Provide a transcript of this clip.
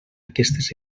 aquestes